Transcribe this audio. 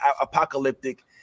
apocalyptic